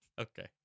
Okay